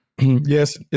Yes